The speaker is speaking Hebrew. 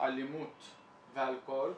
אלימות ואלכוהול.